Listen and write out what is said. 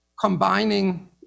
combining